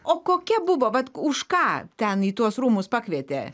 o kokia buvo vat už ką ten į tuos rūmus pakvietė